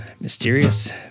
mysterious